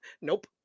Nope